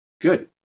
Good